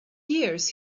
years